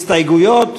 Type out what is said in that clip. הסתייגויות,